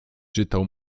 czytał